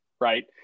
Right